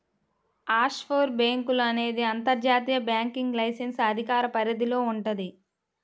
offshore బ్యేంకులు అనేది అంతర్జాతీయ బ్యాంకింగ్ లైసెన్స్ అధికార పరిధిలో వుంటది